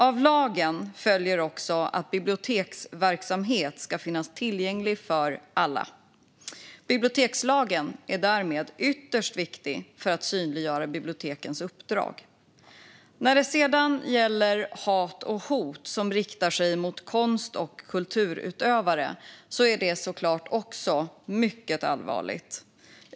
Av lagen följer också att biblioteksverksamhet ska finnas tillgänglig för alla. Bibliotekslagen är därmed ytterst viktig för att synliggöra bibliotekens uppdrag. Hat och hot som riktar sig mot konst och kulturutövare är såklart också något mycket allvarligt.